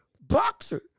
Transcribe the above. boxer